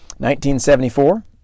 1974